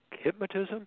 hypnotism